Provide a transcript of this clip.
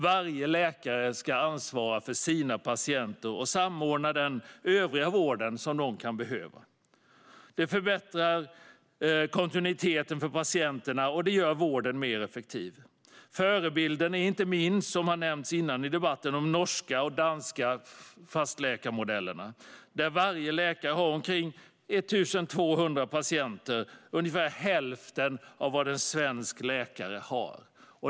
Varje läkare ska ansvara för sina patienter och samordna den övriga vård som de kan behöva. Detta förbättrar kontinuiteten för patienterna och gör vården mer effektiv. Förebilden är inte minst, som nämnts tidigare i debatten, de norska och danska fastläkarmodellerna, där varje läkare har omkring 1 200 patienter - ungefär hälften av vad en svensk läkare har.